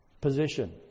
position